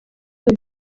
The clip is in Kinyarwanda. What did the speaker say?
ari